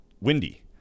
windy